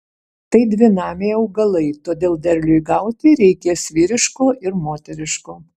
tai dvinamiai augalai todėl derliui gauti reikės vyriško ir moteriško